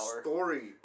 story